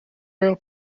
real